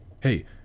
hey